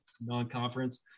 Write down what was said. non-conference